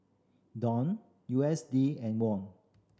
Dong U S D and Won